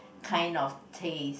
kind of taste